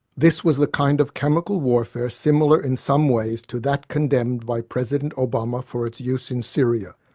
this was the kind of chemical warfare similar in some ways to that condemned by president obama for its use in syria.